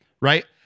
right